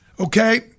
Okay